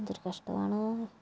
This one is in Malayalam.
ഇത് എന്തൊരു കഷ്ടവാണോ